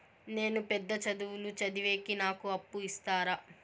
నేను పెద్ద చదువులు చదివేకి నాకు అప్పు ఇస్తారా